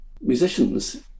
musicians